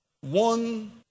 one